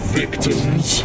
victims